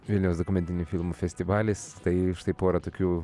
vilniaus dokumentinių filmų festivalis tai štai pora tokių